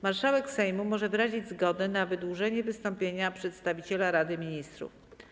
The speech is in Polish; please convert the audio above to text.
Marszałek Sejmu może wyrazić zgodę na wydłużenie wystąpienia przedstawiciela Rady Ministrów.